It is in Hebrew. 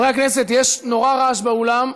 חברי הכנסת, יש נורא רעש באולם.